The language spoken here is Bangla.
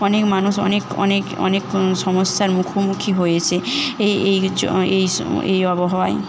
অনেক মানুষ অনেক অনেক অনেক সমস্যার মুখোমুখি হয়েছে এই এই য এই স এই আবহাওয়ায়